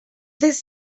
this